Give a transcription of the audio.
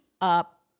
up